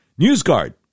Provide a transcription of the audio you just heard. NewsGuard